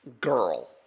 girl